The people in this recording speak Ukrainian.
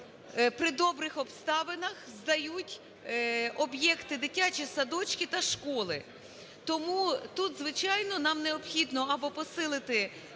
при добрих обставинах здають об'єкти: дитячі садочки та школи. Тому тут, звичайно, нам необхідно або посилити